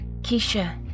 Keisha